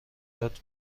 داد